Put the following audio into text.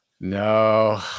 no